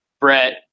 Brett